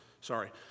Sorry